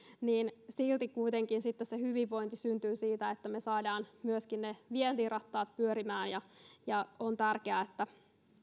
niin silti kuitenkin sitten se hyvinvointi syntyy siitä että me saamme myöskin vientirattaat pyörimään ja ja on tärkeää että